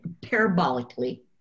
parabolically